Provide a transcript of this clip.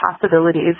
possibilities